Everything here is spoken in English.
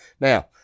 Now